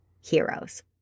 heroes